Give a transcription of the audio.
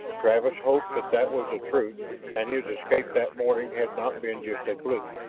travis hoped that that was the truth and his escape that morning had not been just a fluke.